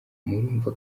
murumva